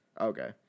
okay